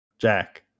Jack